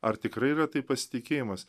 ar tikrai yra tai pasitikėjimas